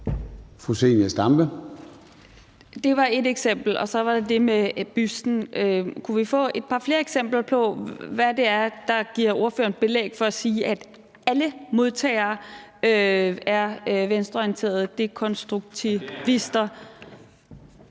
Det var ét eksempel, og så var der det med busten. Kunne vi få et par flere eksempler på, hvad det er, der giver ordføreren belæg for at sige, at alle modtagere er venstreorienterede dekonstruktivister?